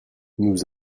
nous